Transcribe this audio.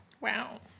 Wow